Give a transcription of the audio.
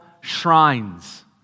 shrines